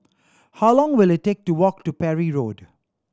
how long will it take to walk to Parry Road